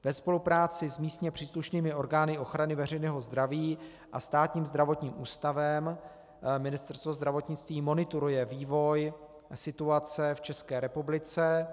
Ve spolupráci s místně příslušnými orgány ochrany veřejného zdraví a Státním zdravotním ústavem Ministerstvo zdravotnictví monitoruje vývoj situace v České republice.